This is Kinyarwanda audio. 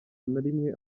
narimwe